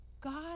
God